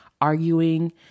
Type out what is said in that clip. arguing